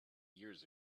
years